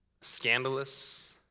Scandalous